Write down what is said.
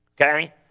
Okay